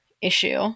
issue